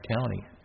County